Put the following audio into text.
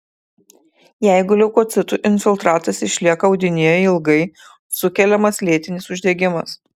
jeigu leukocitų infiltratas išlieka audinyje ilgai sukeliamas lėtinis uždegimas